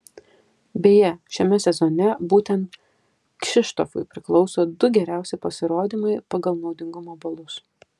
beje šiame sezone būtent kšištofui priklauso du geriausi pasirodymai pagal naudingumo balus